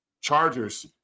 Chargers